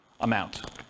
amount